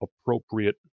appropriate